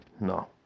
no